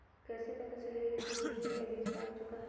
कैसे पता चलेगा की सूरजमुखी का बिज पाक चूका है?